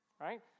right